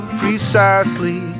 precisely